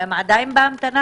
הם עדיין בהמתנה.